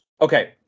Okay